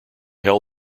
held